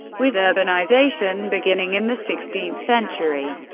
with urbanization beginning in the sixteenth century,